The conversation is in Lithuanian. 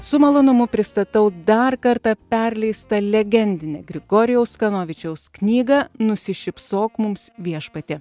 su malonumu pristatau dar kartą perleistą legendinį grigorijaus kanovičiaus knyga nusišypsok mums viešpatie